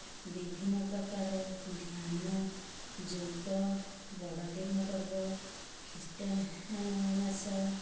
ବିଭିନ୍ନପ୍ରକାର ଧ୍ୟାନ ଯୋଗ ବଡ଼ଦିନ ପର୍ବ ଖ୍ରୀଷ୍ଟିଆନ୍ ମାସ